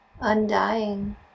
undying